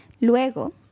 Luego